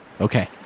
Okay